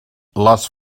les